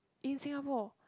in Singapore